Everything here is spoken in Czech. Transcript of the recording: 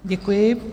Děkuji.